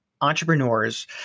entrepreneurs